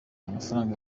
amafaranga